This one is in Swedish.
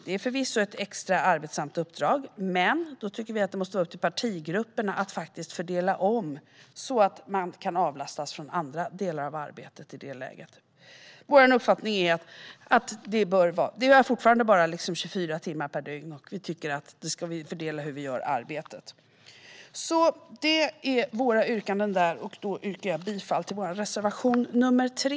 Det är förvisso ett extra arbetsamt uppdrag, men vi tycker att det måste vara upp till partigrupperna att fördela om så att man kan avlastas andra delar av arbetet. Det går fortfarande bara 24 timmar på ett dygn, och vi tycker att man ska fördela arbetet. Jag yrkar bifall till vår reservation 3.